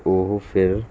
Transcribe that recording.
ਅਤੇ ਉਹ ਫਿਰ